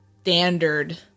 standard